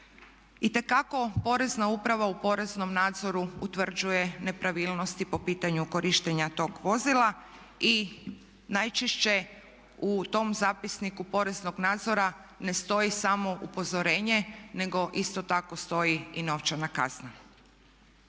itekako Porezna uprava u poreznom nadzoru utvrđuje nepravilnosti po pitanju korištenja tog vozila i najčešće u tom zapisniku poreznog nadzora ne stoji samo upozorenje nego isto tako stoji i novčana kazna.